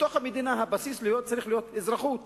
שבתוך המדינה הבסיס צריך להיות אזרחות